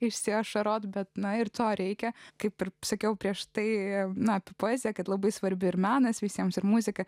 isiašaroti bet na ir to reikia kaip ir sakiau prieš tai na apie poeziją kad labai svarbi ir menas visiems ir muzika